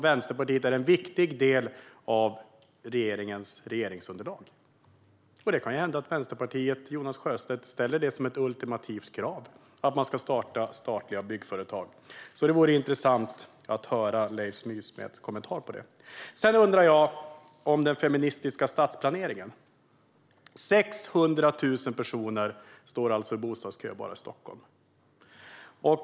Vänsterpartiet är ju en viktig del av regeringsunderlaget. Det kan hända att Vänsterpartiets Jonas Sjöstedt ställer det som ett ultimativt krav att man ska starta statliga byggföretag. Det vore intressant att höra Leif Nysmeds kommentar om det. Sedan undrar jag om den feministiska stadsplaneringen. Det är alltså 600 000 personer som står i bostadskö bara i Stockholm.